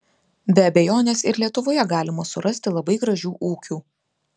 be abejonės ir lietuvoje galima surasti labai gražių ūkių